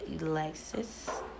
Alexis